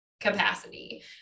capacity